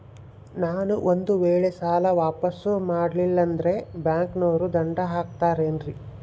ನಾನು ಒಂದು ವೇಳೆ ಸಾಲ ವಾಪಾಸ್ಸು ಮಾಡಲಿಲ್ಲಂದ್ರೆ ಬ್ಯಾಂಕನೋರು ದಂಡ ಹಾಕತ್ತಾರೇನ್ರಿ?